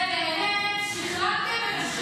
זה באמת, שכללתם את השחיתות לדרגות אחרות.